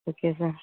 okay sir